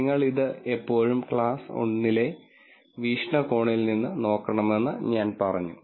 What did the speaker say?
നിങ്ങൾ ഇത് എപ്പോഴും ക്ലാസ് 1 ലെ വീക്ഷണകോണിൽ നിന്ന് നോക്കണമെന്ന് ഞാൻ പറഞ്ഞു